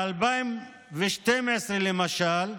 ב-2012, למשל,